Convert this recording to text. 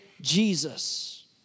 Jesus